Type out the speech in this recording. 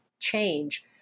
change